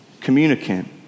communicant